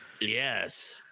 Yes